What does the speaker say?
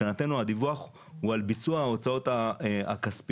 מבחינתנו הדיווח הוא על ביצוע ההוצאות הכספיות,